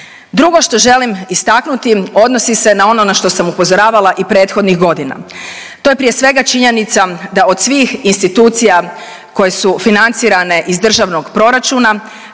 Drugo što želim istaknuti odnosi se na ono na što sam upozoravala i prethodnih godina. To je prije svega činjenica da od svih institucija koje su financirane iz državnog proračuna